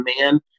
man